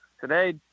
today